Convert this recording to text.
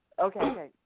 Okay